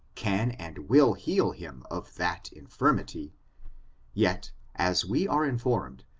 can and will heal him of that in firmity yet, as we are informed,